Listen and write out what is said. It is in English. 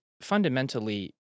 fundamentally